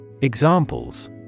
Examples